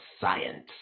science